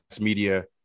Media